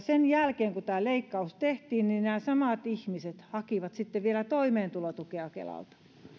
sen jälkeen kun tämä leikkaus tehtiin nämä samat ihmiset hakivat sitten vielä toimeentulotukea kelalta